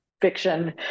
fiction